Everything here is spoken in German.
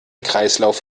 kreislauf